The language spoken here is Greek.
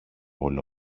όλο